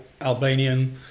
Albanian